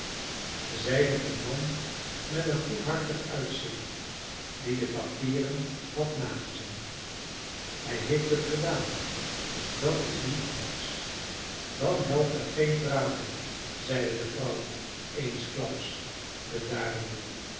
zeide een man met een goedhartig uitzicht die de papieren had nagezien hij heeft het gedaan dat is niet anders dan helpt er geen praten zeide de vrouw eensklaps bedarende